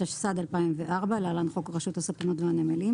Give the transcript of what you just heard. התשס"ד-2004 (להלן - חוק רשות הספנות והנמלים),